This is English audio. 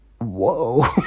Whoa